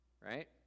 right